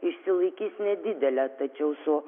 išsilaikys nedidelė tačiau su